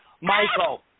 Michael